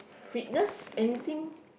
fitness anything